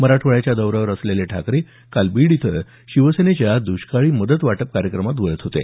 मराठवाड्याच्या दौऱ्यावर असलेले ठाकरे काल बीड इथं शिवसेनेच्या दृष्काळी मदत वाटपाच्या कार्यक्रमात बोलत होते